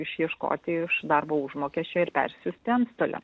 išieškoti iš darbo užmokesčio ir persiųsti antstoliam